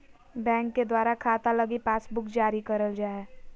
bank के द्वारा खाता लगी पासबुक जारी करल जा हय